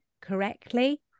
correctly